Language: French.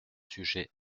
sujet